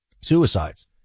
suicides